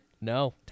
No